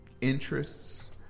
interests